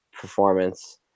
performance